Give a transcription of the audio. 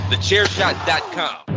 TheChairShot.com